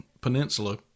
peninsula